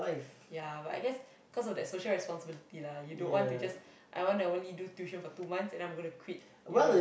ya but I guess cause of that social responsibility lah you don't want to just I want to only do tuition for two months and I'm going to quit you don't know